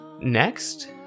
next